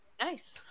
nice